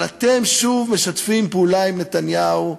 אבל אתם שוב משתפים פעולה עם נתניהו,